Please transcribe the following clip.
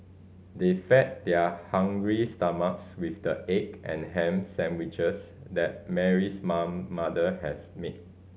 they fed their hungry stomachs with the egg and ham sandwiches that Mary's mum mother has made